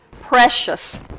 precious